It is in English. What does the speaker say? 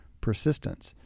persistence